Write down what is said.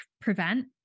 prevent